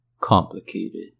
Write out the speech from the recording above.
complicated